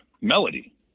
melody